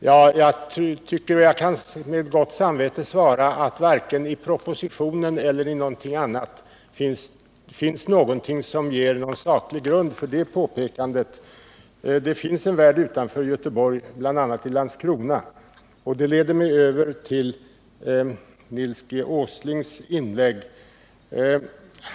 Ja, jag tycker att jag med gott samvete kan svara att det varken i propositionen eller någon annanstans finns uttalanden som utgör saklig grund för att jag skulle behöva det påpekandet. Det finns en värld utanför Göteborg, bl.a. i Landskrona, och det leder mig över till Nils G. Åslings inlägg.